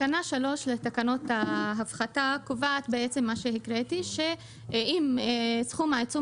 תקנה 3 לתקנות ההפחתה קובעת שאם סכום העיצום